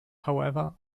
however